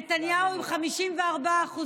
נתניהו עם 54%,